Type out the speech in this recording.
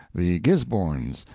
the gisbornes,